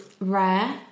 rare